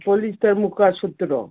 polyester ꯃꯨꯛꯀꯥ ꯁꯨꯠꯇꯨꯔꯣ